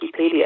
Wikipedia